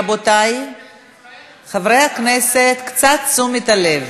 רבותי חברי הכנסת, קצת תשומת לב.